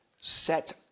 set